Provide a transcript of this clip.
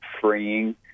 freeing